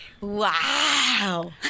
Wow